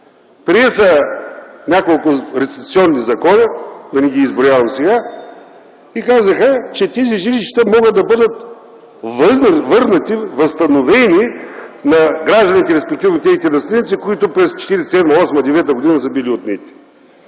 бяха няколко реституционни закони, да не ги изброявам, които казаха, че тези жилища могат да бъдат върнати, възстановени на гражданите, респективно на техните наследници, от които през 1947-1948-1949 г. са били отнети.